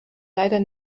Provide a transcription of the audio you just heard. leider